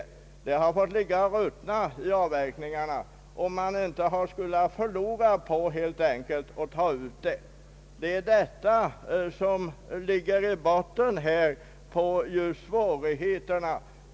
Virket har fått ligga och ruttna, eftersom man helt enkelt skulle ha gjort förluster på ett uttag av virket.